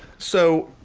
so,